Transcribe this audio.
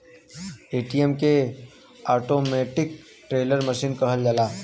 ATM के automatic teller machine कहल जाला